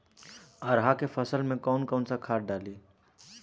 अरहा के फसल में कौन कौनसा खाद डाली?